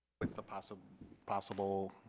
with the possible possible